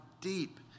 deep